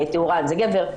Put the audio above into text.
תאורן זה גבר.